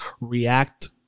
react